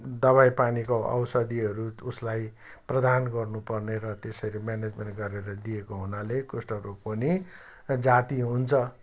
दवाई पानीको औषधीहरूको उसलाई प्रदान गर्नपर्ने र त्यसरी म्यानेजमेन्ट गरेर दिएको हुनाले कुष्ठरोग पनि जाति हुन्छ